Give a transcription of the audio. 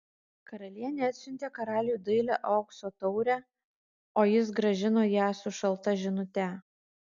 karalienė atsiuntė karaliui dailią aukso taurę o jis grąžino ją su šalta žinute